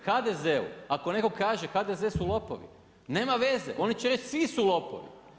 HDZ-u, ako netko kaže HDZ su lopovi nema veze, oni će reći svi su lopovi.